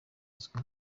izwi